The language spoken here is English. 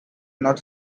not